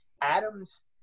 Adam's